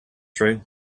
through